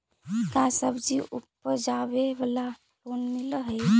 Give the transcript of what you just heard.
का सब्जी उपजाबेला लोन मिलै हई?